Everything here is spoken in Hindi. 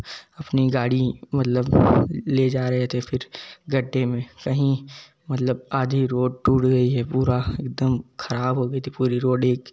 अपनी गाड़ी मतलब ले जा रहे थे फिर गड्ढे में कहीं मतलब आधी रोड टूट गई है पूरा एकदम खराब हो गई पूरी रोड ही